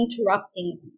interrupting